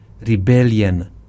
Rebellion